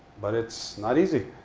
but it's not easy.